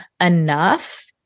enough